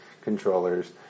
controllers